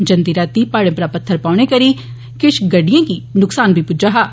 जंदी रातीं प्हाड़ें परा पत्थर पौने कारण किश गड़िड़एं गी नुक्सान बी पुज्जा